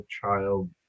child